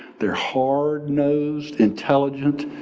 they're hard-nosed, intelligent,